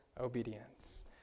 obedience